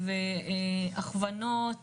הדרכות והכוונות